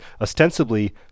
ostensibly